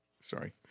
sorry